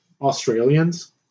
Australians